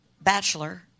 Bachelor